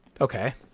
Okay